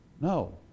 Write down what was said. No